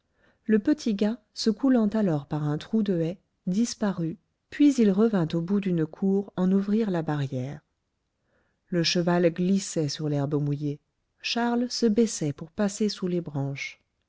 le petit gars se coulant alors par un trou de haie disparut puis il revint au bout d'une cour en ouvrir la barrière le cheval glissait sur l'herbe mouillée charles se baissait pour passer sous les branches